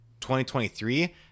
2023